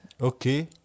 Okay